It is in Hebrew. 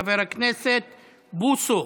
חבר הכנסת בוסו.